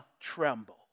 tremble